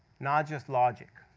not just logic.